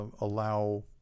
allow